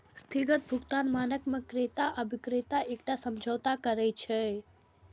स्थगित भुगतान मानक मे क्रेता आ बिक्रेता एकटा समझौता करै छै